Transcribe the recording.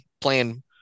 playing